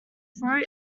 throat